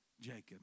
Jacob